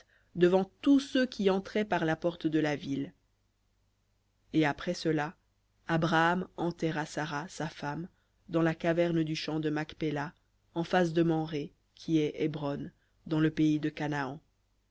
devant tous ceux qui entraient par la porte de la ville et après cela abraham enterra sara sa femme dans la caverne du champ de macpéla en face de mamré qui est hébron dans le pays de canaan